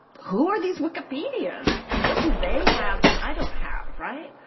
who are these wikipedians, and what do they have that i don't have, right.